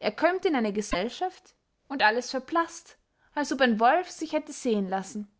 er kömmt in eine gesellschaft und alles verblaßt als ob ein wolf sich hätte sehen lassen